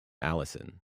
allison